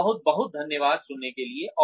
तो बहुत बहुत धन्यवाद सुनने के लिए